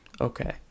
Okay